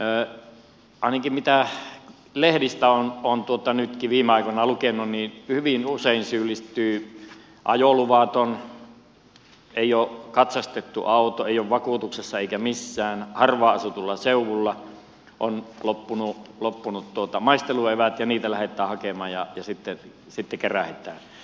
ainakin mitä lehdistä olen nytkin viime aikoina lukenut niin hyvin usein rattijuopumukseen syyllistyy ajoluvaton ei ole katsastettu auto ei ole vakuutuksessa eikä missään harvaan asutulla seudulla on loppunut maistelueväät ja niitä lähdetään hakemaan ja sitten kärähdetään tai joku käräyttää